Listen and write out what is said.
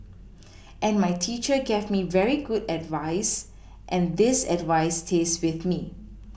and my teacher gave me very good advice and this advice stays with me